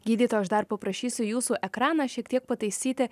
gydytoja aš dar paprašysiu jūsų ekraną šiek tiek pataisyti